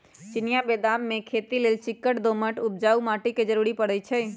चिनियाँ बेदाम के खेती लेल चिक्कन दोमट उपजाऊ माटी के जरूरी पड़इ छइ